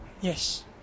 Yes